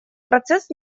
процесс